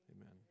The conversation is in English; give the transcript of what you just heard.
Amen